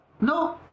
No